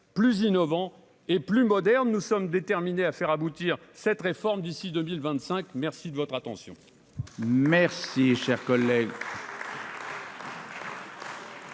plus innovant et plus moderne, nous sommes déterminés à faire aboutir cette réforme d'ici 2025, merci de votre attention.